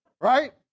right